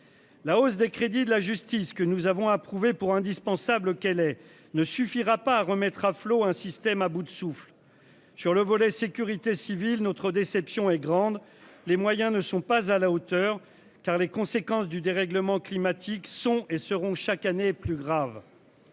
La hausse des crédits de la justice que nous avons approuvé pour indispensable elle elle ne suffira pas à remettre à flot un système à bout de souffle. Sur le volet sécurité civile notre déception est grande. Les moyens ne sont pas à la hauteur car les conséquences du dérèglement climatique sont et seront chaque année plus grave.--